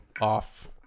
off